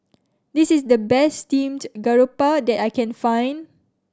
this is the best steamed garoupa that I can find